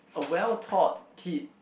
a well taught kid